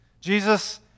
Jesus